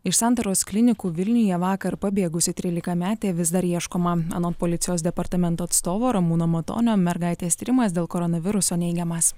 iš santaros klinikų vilniuje vakar pabėgusi trylikametė vis dar ieškoma anot policijos departamento atstovo ramūno matonio mergaitės tyrimas dėl koronaviruso neigiamas